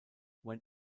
when